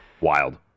Wild